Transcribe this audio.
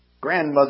grandmother